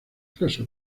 clase